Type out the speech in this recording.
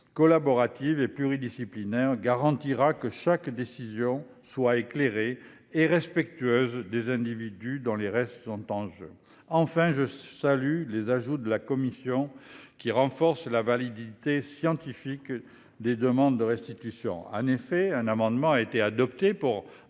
collaborative et pluridisciplinaire garantira que chaque décision soit éclairée et respectueuse des individus dont les restes sont en jeu. Je salue les ajouts de la commission qui renforcent la validité scientifique des demandes de restitution. En effet, un amendement a été adopté pour